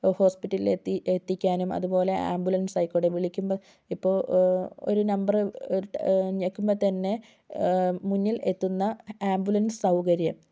ഹോസ്പിറ്റലിൽ എത്തി എത്തിക്കാനും അതുപോലെ ആമ്പുലൻസ് ആയിക്കോട്ടെ വിളിക്കുമ്പോൾ ഇപ്പോൾ ഒരു നമ്പർ ഞെക്കുമ്പോൾ തന്നെ മുന്നിൽ എത്തുന്ന ആംബുലൻസ് സൗകര്യം